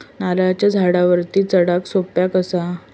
नारळाच्या झाडावरती चडाक सोप्या कसा?